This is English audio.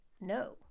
no